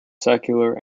secular